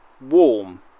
warm